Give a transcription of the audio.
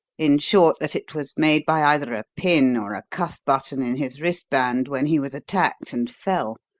in short, that it was made by either a pin or a cuff button in his wristband when he was attacked and fell.